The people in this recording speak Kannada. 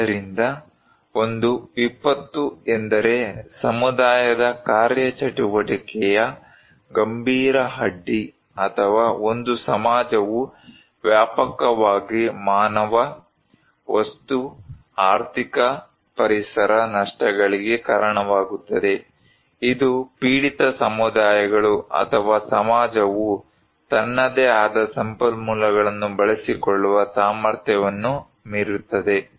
ಆದ್ದರಿಂದ ಒಂದು ವಿಪತ್ತು ಎಂದರೆ ಸಮುದಾಯದ ಕಾರ್ಯಚಟುವಟಿಕೆಯ ಗಂಭೀರ ಅಡ್ಡಿ ಅಥವಾ ಒಂದು ಸಮಾಜವು ವ್ಯಾಪಕವಾಗಿ ಮಾನವ ವಸ್ತು ಆರ್ಥಿಕ ಪರಿಸರ ನಷ್ಟಗಳಿಗೆ ಕಾರಣವಾಗುತ್ತದೆ ಇದು ಪೀಡಿತ ಸಮುದಾಯಗಳು ಅಥವಾ ಸಮಾಜವು ತನ್ನದೇ ಆದ ಸಂಪನ್ಮೂಲಗಳನ್ನು ಬಳಸಿಕೊಳ್ಳುವ ಸಾಮರ್ಥ್ಯವನ್ನು ಮೀರುತ್ತದೆ